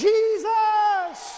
Jesus